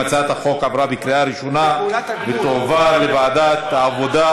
הצעת החוק עברה בקריאה ראשונה ותועבר לוועדת העבודה,